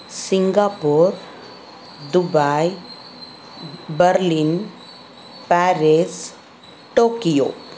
Singapore Dubai Berlin Paris Tokyo